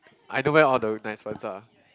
I know where all the nice ones are